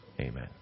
Amen